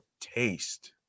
taste